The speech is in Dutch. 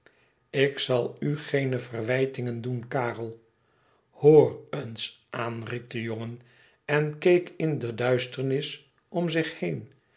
ik zal u geene verwijtingen doen karel hoor eens aan riep de jongen en keek in de duisternis om zich heen